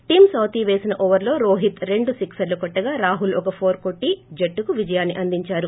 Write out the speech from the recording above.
team Southee వేసిన ఓవర్లో రోహిత్ రెండు సిక్పర్లు కోట్టగా రాహుల్ ఓ ఫోర్ కొట్లే జట్లుకు విజయాన్ని అందిందారు